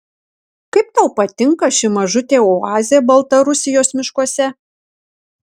kaip tau patinka ši mažutė oazė baltarusijos miškuose